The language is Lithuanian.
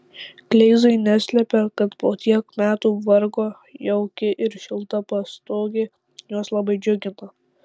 kleizai neslepia kad po tiek metų vargo jauki ir šilta pastogė juos labai džiugina